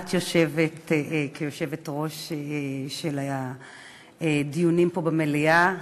יושבת כיושבת-ראש של הדיונים פה במליאה.